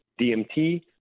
DMT